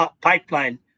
pipeline